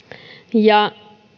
ja